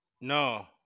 no